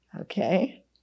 Okay